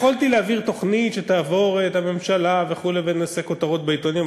יכולתי להעביר תוכנית שתעבור את הממשלה וכו' ונעשה כותרות בעיתונים,